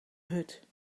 hut